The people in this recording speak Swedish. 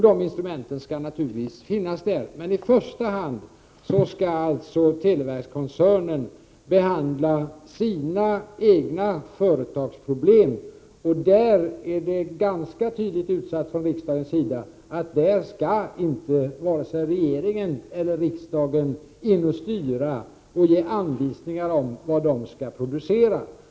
De instrumenten skall naturligtvis stå till förfogande, men i första hand skall televerkskoncernen behandla sina egna företagsproblem, och det är ganska tydligt utsagt från riksdagens sida att varken regeringen eller riksdagen skall ge några anvisningar om vad den skall producera.